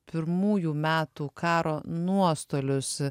pirmųjų metų karo nuostolius